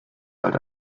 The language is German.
halt